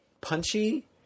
punchy